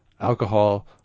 alcohol